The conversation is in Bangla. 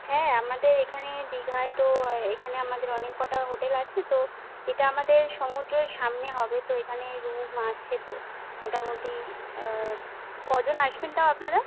হ্যাঁ আমাদের এখানে দীঘায় তো এখানে আমাদের অনেক কটা হোটেল আছে তো এটা আমাদের সমুদ্রের সামনে হবে তো এখানে রুম আছে তো মোটামুটি কজন আসবেন তাও আপনারা